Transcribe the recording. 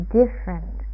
different